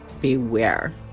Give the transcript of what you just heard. beware